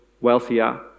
wealthier